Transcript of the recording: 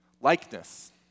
Likeness